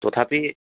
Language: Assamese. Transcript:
তথাপি